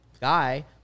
guy